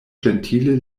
ĝentile